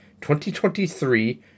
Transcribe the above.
2023